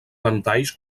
ventalls